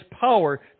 power